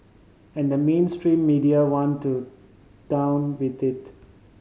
and the mainstream media went to town with it